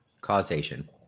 causation